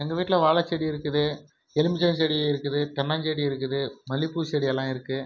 எங்கள் வீட்டில் வாழைச்செடி இருக்குது எலுமிச்சம்செடி இருக்குது தென்னம் செடி இருக்குது மல்லிப்பூ செடி எல்லாம் இருக்குது